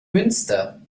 münster